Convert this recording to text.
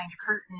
curtain